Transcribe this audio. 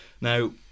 Now